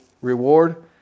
reward